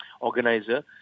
organizer